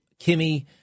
Kimmy